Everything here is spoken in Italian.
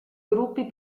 gruppi